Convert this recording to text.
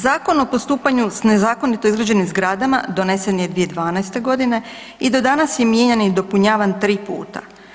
Zakon o postupanju s nezakonito izgrađenim zgradama donesen je 2012. godine i do danas je mijenjan i dopunjavan 3 puta.